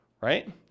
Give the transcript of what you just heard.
Right